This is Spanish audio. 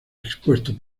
expuesto